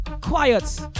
quiet